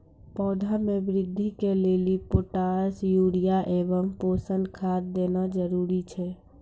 पौधा मे बृद्धि के लेली पोटास यूरिया एवं पोषण खाद देना जरूरी छै?